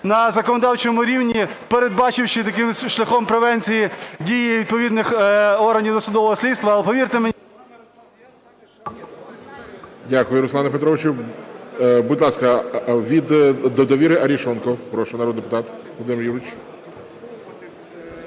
на законодавчому рівні, передбачивши шляхом превенції дії відповідних органів досудового слідства.